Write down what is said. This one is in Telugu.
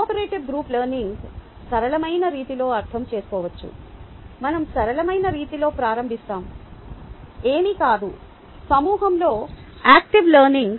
కోఆపరేటివ్ గ్రూప్ లెర్నింగ్సరళమైన రీతిలో అర్థం చేసుకోవచ్చు మనం సరళమైన రీతిలో ప్రారంభిస్తాము ఏమీ కాదు సమూహంలో యాక్టివ్ లెర్నింగ్